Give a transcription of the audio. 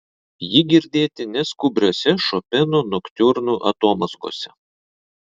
ji girdėti neskubriose šopeno noktiurnų atomazgose